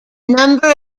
number